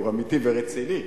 הוא אמיתי ורציני,